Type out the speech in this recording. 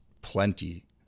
plenty